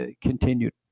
continued